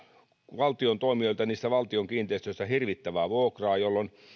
valtion toimijoilta niistä valtion kiinteistöistä hirvittävää vuokraa jolloin